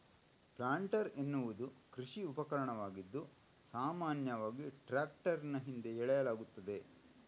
planter ಎನ್ನುವುದು ಕೃಷಿ ಉಪಕರಣವಾಗಿದ್ದು, ಸಾಮಾನ್ಯವಾಗಿ ಟ್ರಾಕ್ಟರಿನ ಹಿಂದೆ ಎಳೆಯಲಾಗುತ್ತದೆ